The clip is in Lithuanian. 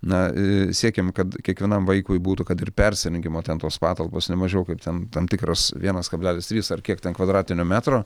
na siekiam kad kiekvienam vaikui būtų kad ir persirengimo ten tos patalpos nemažiau kaip ten tam tikras vienas kablelis trys ar kiek ten kvadratinio metro